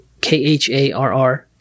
K-H-A-R-R